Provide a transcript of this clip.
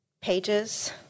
pages